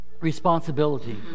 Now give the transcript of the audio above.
responsibility